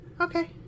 Okay